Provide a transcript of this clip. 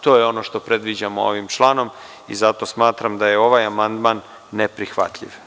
To je ono što predviđamo ovim članom i zato smatram da je ovaj amandman neprihvatljiv.